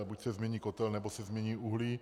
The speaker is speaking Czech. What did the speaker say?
Buď se změní kotel, nebo se změní uhlí.